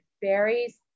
berries